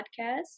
podcast